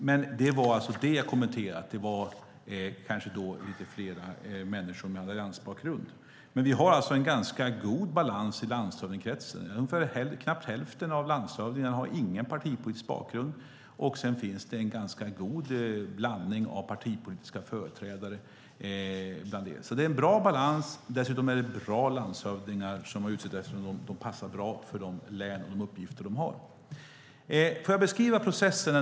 Min kommentar gällde alltså att det kanske var lite fler människor med alliansbakgrund. Vi har en ganska god balans i landshövdingekretsen. Nästan hälften av landshövdingarna har ingen partipolitisk bakgrund, och det är en ganska god blandning av partipolitiska företrädare. Det är en bra balans. Dessutom är det bra landshövdingar som har utsetts som passar bra för de län och uppgifter de har. Jag ska beskriva processen.